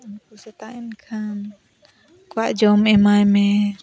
ᱩᱱᱠᱩ ᱥᱮᱛᱟᱜ ᱮᱱ ᱠᱷᱟᱱ ᱟᱠᱚᱣᱟᱜ ᱡᱚᱢ ᱮᱢᱟᱭ ᱢᱮ ᱪᱤᱱ